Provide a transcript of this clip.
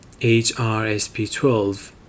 HRSP12